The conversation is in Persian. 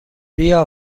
بیا